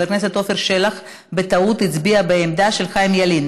חבר הכנסת עפר שלח בטעות הצביע בעמדה של חיים ילין,